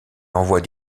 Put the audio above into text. envoie